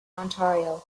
ontario